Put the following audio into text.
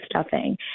stuffing